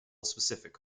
specific